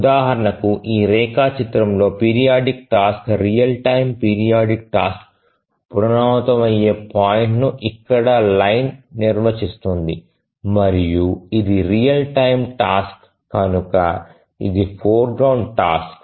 ఉదాహరణకు ఈ రేఖా చిత్రంలో periodic task real time periodic task పునరావృతమయ్యే పాయింట్ను ఇక్కడ లైన్ నిర్వచిస్తుంది మరియు ఇది రియల్ టైమ్ టాస్క్ కనుక ఇది ఫోర్గ్రౌండ్ టాస్క్